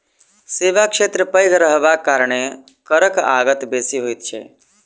सेवा क्षेत्र पैघ रहबाक कारणेँ करक आगत बेसी होइत छै